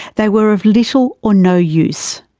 they were of little or no use.